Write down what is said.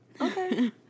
Okay